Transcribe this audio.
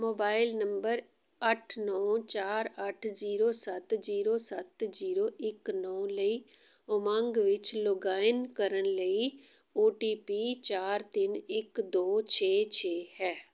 mobile number ਅੱਠ ਨੌ ਚਾਰ ਅੱਠ ਜੀਰੋ ਸੱਤ ਜੀਰੋ ਸੱਤ ਜੀਰੋ ਇੱਕ ਨੌ ਲਈ ਓਮੰਗ ਵਿੱਚ ਲੌਗਾਇਨ ਕਰਨ ਲਈ ਓ ਟੀ ਪੀ ਚਾਰ ਤਿੰਨ ਇੱਕ ਦੋ ਛੇ ਛੇ ਹੈ